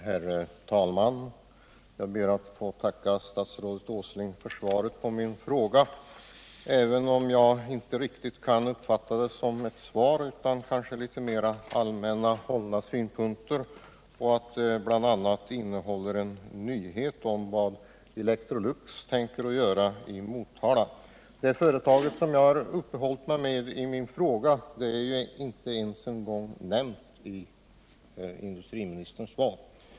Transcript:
Herr talman! Jag ber att få tacka industriminister Åsling för svaret på min fråga, även om jag inte riktigt kan uppfatta det som ett svar, utan kanske litet mer som allmänt hållna synpunkter. Bl.a. innehåller det nyheten om Electrolux planer i Motala. Det företag, som jag uppehållit mig vid i min fråga, nämns inte ens i industriministerns svar.